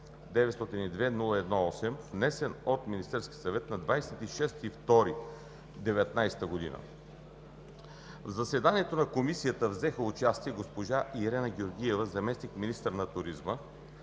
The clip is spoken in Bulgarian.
902-01-8, внесен от Министерския съвет на 26 февруари 2019 г. В заседанието на Комисията взеха участие: госпожа Ирена Георгиева – заместник-министър на туризма,